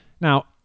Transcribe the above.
Now